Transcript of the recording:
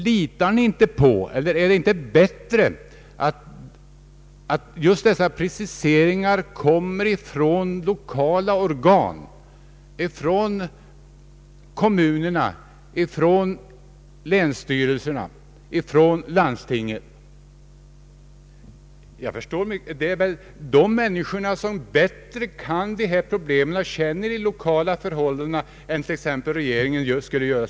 Vore det inte bättre om just dessa preciseringar kommer från lokala organ, från kommunerna, från länsstyrelserna, från landstingen? De människorna kan dessa problem och känner till områdena bättre än t.ex. regeringen i Stockholm gör.